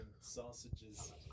sausages